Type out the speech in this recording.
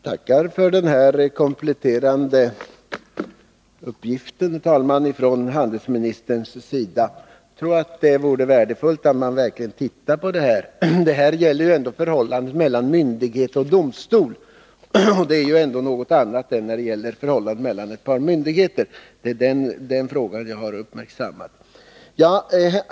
Herr talman! Jag tackar för den kompletterande uppgiften från handelsministern. Jag tror det vore värdefullt om man verkligen undersökte detta. Frågan gäller ju förhållandet mellan myndighet och domstol, som ändå är någonting annat än förhållandet mellan ett par olika myndigheter. Det är den frågan som jag har uppmärksammat.